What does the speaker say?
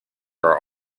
are